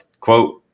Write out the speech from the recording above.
quote